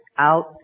out